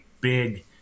big